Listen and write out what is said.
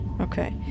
Okay